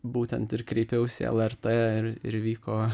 būtent ir kreipiausi į lrt ir ir vyko